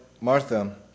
Martha